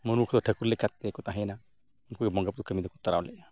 ᱢᱩᱨᱢᱩ ᱠᱚ ᱴᱷᱟᱹᱠᱩᱨ ᱞᱮᱠᱟ ᱛᱮᱠᱚ ᱛᱟᱦᱮᱸᱭ ᱮᱱᱟ ᱩᱱᱠᱩ ᱜᱮ ᱵᱚᱸᱜᱟ ᱵᱳᱨᱳ ᱠᱟᱹᱢᱤ ᱫᱚᱠᱚ ᱛᱚᱨᱟᱣ ᱞᱮᱜᱼᱟ